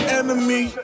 enemy